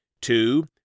Two